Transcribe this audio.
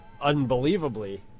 unbelievably